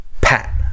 Pat